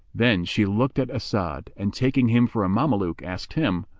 then she looked at as'ad and, taking him for a mameluke, asked him,